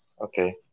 Okay